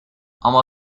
ama